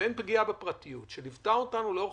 לבין הפגיעה בפרטיות שליוותה אותנו לאורך